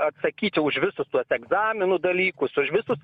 atsakyt už visus tuos egzaminų dalykus už visus